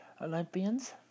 Olympians